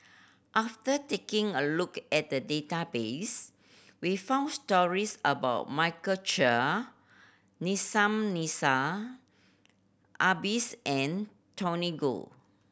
after taking a look at the database we found stories about Michael Chiang Nissim Adis and Tony Khoo